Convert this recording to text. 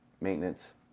maintenance